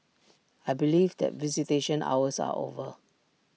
I believe that visitation hours are over